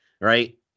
Right